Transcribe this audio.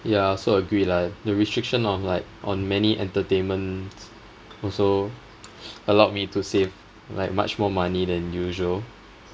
yeah I also agree lah the restriction on like on many entertainments also allowed me to save like much more money than usual